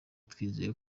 twizeye